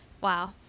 wow